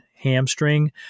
hamstring